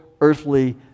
earthly